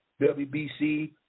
WBC